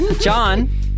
John